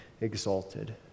exalted